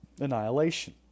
annihilation